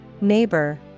neighbor